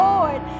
Lord